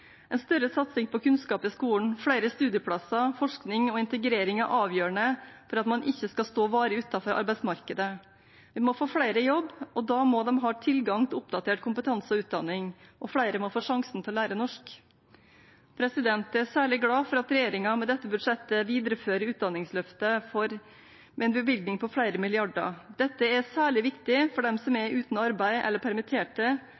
En større satsing på kunnskap i skolen, flere studieplasser, forskning og integrering er avgjørende for at man ikke skal stå varig utenfor arbeidsmarkedet. Vi må få flere i jobb, og da må de ha tilgang til oppdatert kompetanse og utdanning, og flere må få sjansen til å lære norsk. Jeg er særlig glad for at regjeringen med dette budsjettet viderefører Utdanningsløftet med en bevilgning på flere milliarder. Dette er særlig viktig for dem som er uten arbeid eller permitterte